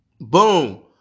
boom